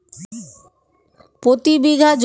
প্রতি বিঘা জমিতে কত কুইন্টাল কম্পোস্ট সার প্রতিবাদ?